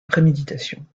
préméditation